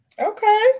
okay